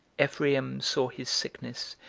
ephraim saw his sickness,